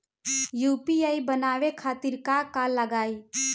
UPI बनावे खातिर का का लगाई?